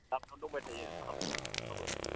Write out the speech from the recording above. लामायाव दंबाय थायो थाब लाबो